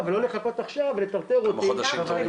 ולא לחכות עכשיו ולטרטר אותי --- כמה חודשים טובים.